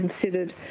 considered